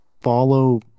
follow